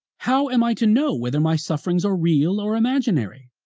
how am i to know whether my sufferings are real or imaginary?